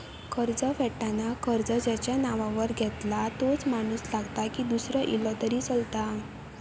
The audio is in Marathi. कर्ज फेडताना कर्ज ज्याच्या नावावर घेतला तोच माणूस लागता की दूसरो इलो तरी चलात?